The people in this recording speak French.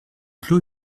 clos